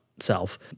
self